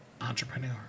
entrepreneur